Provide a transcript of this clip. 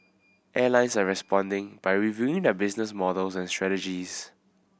airlines are responding by reviewing their business models and strategies